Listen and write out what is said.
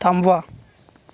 थांबवा